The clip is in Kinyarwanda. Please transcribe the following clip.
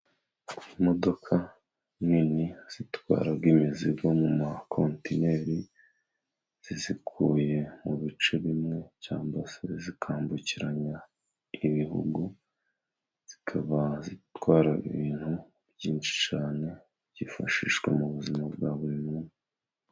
Imodoka nini zitwara imizigo mu ma kontineri，zizikuye mu bice bimwe cyangwa se， zikambukiranya ibihugu， zikaba zitwara ibintu byinshi cyane， byifashishwa mu buzima bwa buri munsi.